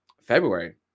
February